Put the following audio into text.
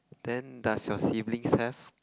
then does your siblings have